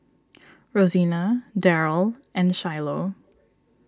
Rosena Daryle and Shiloh